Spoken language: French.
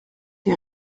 les